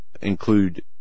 include